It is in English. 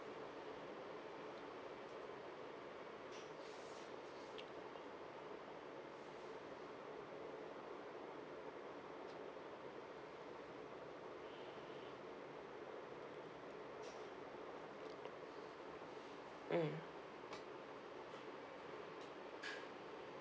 mm